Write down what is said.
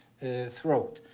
throat.